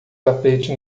tapete